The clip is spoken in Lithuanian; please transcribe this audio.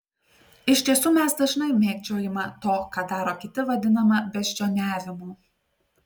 iš tiesų mes dažnai mėgdžiojimą to ką daro kiti vadiname beždžioniavimu